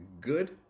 good